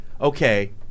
okay